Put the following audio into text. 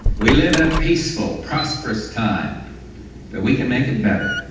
we live in a peaceful, prosperous time, but we can make it better.